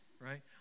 right